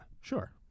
Sure